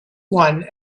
one